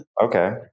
okay